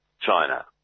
China